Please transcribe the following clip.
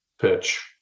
pitch